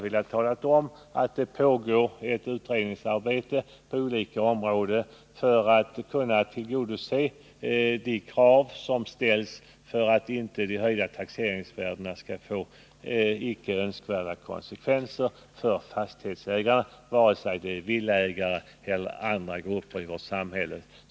Det pågår f. n. ett utredningsarbete på olika områden för att tillgodose de krav som ställs för att de höjda taxeringsvärdena inte skall få icke önskvärda konsekvenser för fastighetsägare, vare sig det gäller villaägare eller andra grupper i vårt samhälle.